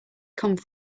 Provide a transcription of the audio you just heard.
come